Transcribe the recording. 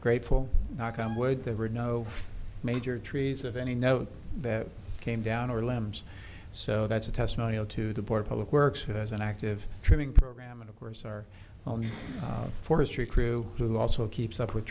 grateful knock on wood there were no major trees of any note that came down our limbs so that's a testimonial to the poor public works who has an active training program and of course our forestry crew who also keeps up with